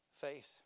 Faith